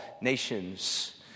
nations